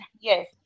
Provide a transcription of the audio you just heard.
yes